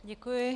Děkuji.